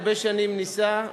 הרבה שנים ניסה,